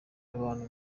abantu